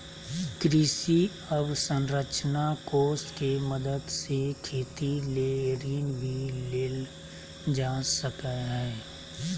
कृषि अवसरंचना कोष के मदद से खेती ले ऋण भी लेल जा सकय हय